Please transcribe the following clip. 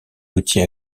outil